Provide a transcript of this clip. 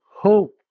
hope